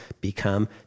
become